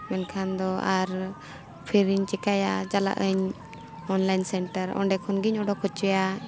ᱢᱮᱱᱠᱷᱟᱱ ᱫᱚ ᱟᱨ ᱯᱷᱤᱨᱤᱧ ᱪᱤᱠᱟᱹᱭᱟ ᱪᱟᱞᱟᱜᱼᱟᱹᱧ ᱚᱱᱞᱟᱭᱤᱱ ᱥᱮᱱᱴᱟᱨ ᱚᱸᱰᱮ ᱠᱷᱚᱱᱜᱤᱧ ᱚᱰᱳᱠ ᱦᱚᱪᱚᱭᱟ